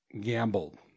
Gambled